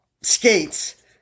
skates